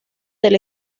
del